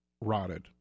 rotted